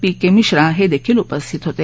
P K Mishra हे देखील उपस्थित होते